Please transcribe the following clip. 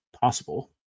possible